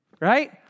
right